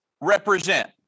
represent